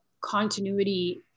continuity